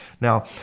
Now